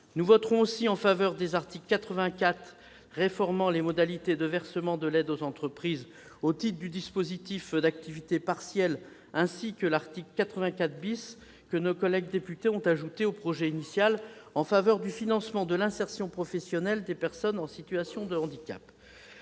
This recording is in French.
et emploi » et en faveur de l'article 84 réformant les modalités de versement de l'aide aux entreprises au titre du dispositif d'activité partielle, ainsi que de l'article 84 que nos collègues députés ont ajouté au projet initial, portant le financement de l'insertion professionnelle des personnes en situation de handicap.